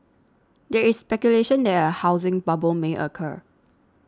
there is speculation that a housing bubble may occur